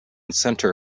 center